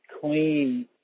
clean